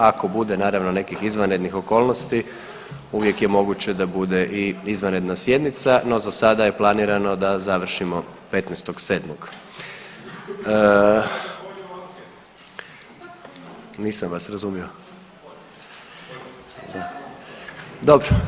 Ako bude, naravno, nekih izvanrednih okolnosti, uvijek je moguće da bude i izvanredna sjednica, no za sada je planirano da završimo 15.7. ... [[Upadica se ne čuje.]] Nisam vas razumio. ... [[Upadica se ne čuje.]] Dobro.